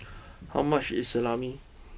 how much is Salami